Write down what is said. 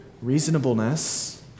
reasonableness